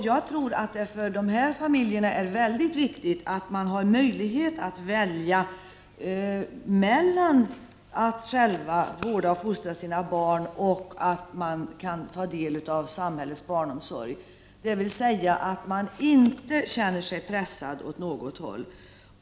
Jag tror att det för dessa familjer är mycket viktigt att de har möjlighet att välja mellan att själva vårda och fostra sina barn och att ta del av samhällets barnomsorg. De skall alltså inte känna sig pressade åt något håll.